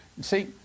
See